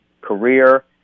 career